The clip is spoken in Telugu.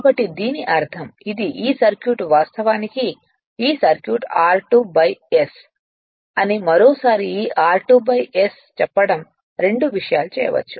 కాబట్టి దీని అర్థం ఇది ఈ సర్క్యూట్ వాస్తవానికి ఈ సర్క్యూట్ r2 ' s అని మరోసారి ఈ r2' s చెప్పడం రెండు విషయాలు చేయవచ్చు